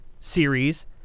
series